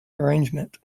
arrangement